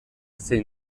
zein